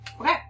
Okay